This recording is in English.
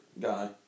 guy